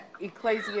Ecclesia